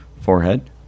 forehead